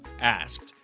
asked